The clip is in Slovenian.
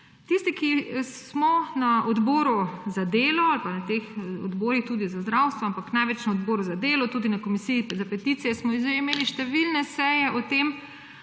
Tisti, ki smo na Odboru za delo ali pa na teh odborih, tudi za zdravstvo, ampak največ na Odbor za delo, tudi na Komisiji za peticije smo že imeli številne seje o tem,